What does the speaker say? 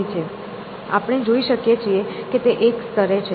આપણે જોઈ શકીએ છીએ કે તે એક સ્તરે છે